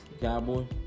Cowboy